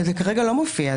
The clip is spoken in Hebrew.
זה כרגע לא מופיע.